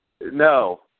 No